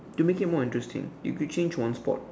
to make it more interesting if you could change one sport